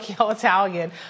Italian